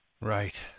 Right